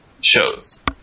shows